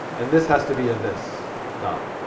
and this has to be a this dot,